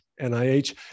NIH